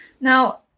Now